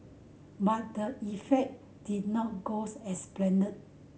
but the effect did not goes as planned